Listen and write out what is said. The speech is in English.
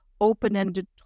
open-ended